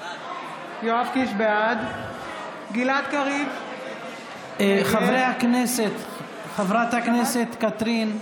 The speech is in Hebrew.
בעד גלעד קריב, חברי הכנסת, חברת הכנסת קטרין,